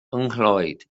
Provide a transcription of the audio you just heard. nghlwyd